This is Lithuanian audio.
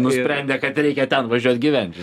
nusprendė kad reikia ten važiuot gyventi